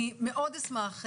אני מאוד אשמח,